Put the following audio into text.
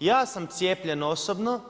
Ja sam cijepljen osobno,